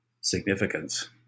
significance